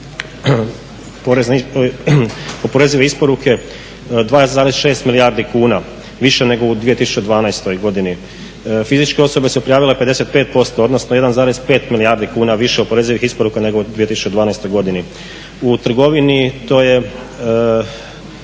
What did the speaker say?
… oporezive isporuke 2,6 milijardi kuna više nego u 2012. godini. Fizičke osobe su prijavile 55% odnosno 1,5 milijardi kuna više oporezivih isporuka nego u 2012. godini. U trgovini to je